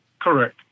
Correct